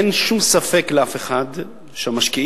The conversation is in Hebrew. אין שום ספק לאף אחד שהמשקיעים,